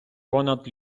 понад